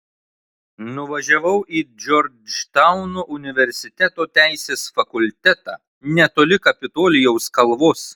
nuvažiavau į džordžtauno universiteto teisės fakultetą netoli kapitolijaus kalvos